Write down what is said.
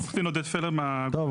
תודה